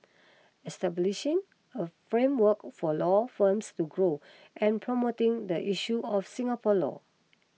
establishing a framework for law firms to grow and promoting the issue of Singapore law